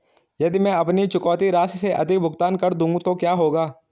यदि मैं अपनी चुकौती राशि से अधिक भुगतान कर दूं तो क्या होगा?